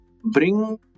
bring